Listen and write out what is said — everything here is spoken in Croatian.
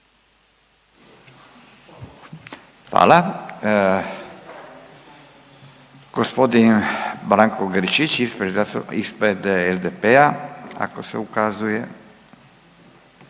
Hvala. Gospodin Branko Grčić, ispred SDP-a ako se ukazuje,